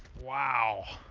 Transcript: wow.